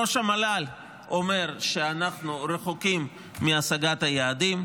ראש המל"ל אומר שאנחנו רחוקים מהשגת היעדים,